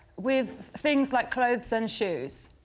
with things like clothes and shoes.